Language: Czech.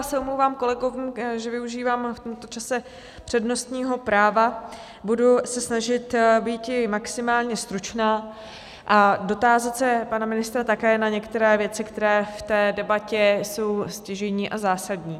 Já se omlouvám kolegům, že využívám v tomto čase přednostního práva, budu se snažit být maximálně stručná a dotázat se pana ministra také na některé věci, které v té debatě jsou stěžejní a zásadní.